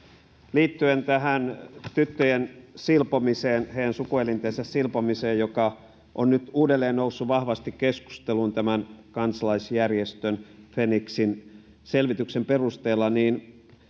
liittyen tyttöjen silpomiseen heidän sukuelintensä silpomiseen joka on nyt uudelleen noussut vahvasti keskusteluun kansalaisjärjestö fenixin selvityksen perusteella